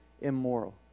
immoral